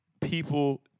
people